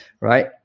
right